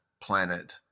planet